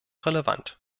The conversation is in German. relevant